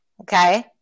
Okay